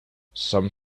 some